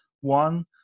one